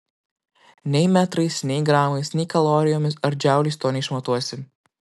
nei metrais nei gramais nei kalorijomis ar džauliais to neišmatuosi